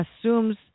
assumes